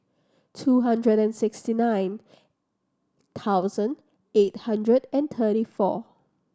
two hundred and sixty nine thousand eight hundred and thirty four